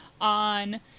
on